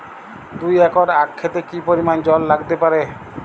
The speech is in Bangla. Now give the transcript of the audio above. দুই একর আক ক্ষেতে কি পরিমান জল লাগতে পারে?